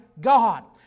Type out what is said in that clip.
God